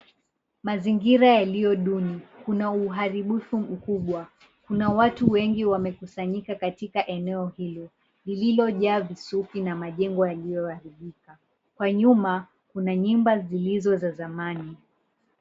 Mazingira yaliyo duni, kuna uharibifu mkubwa. Kuna watu wengi wamekusanyika katika eneo hilo lililojaa visuki na majengo yaliyoharibika. Kwa nyuma kuna nyumba zilizo za zamani.